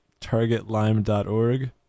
targetlime.org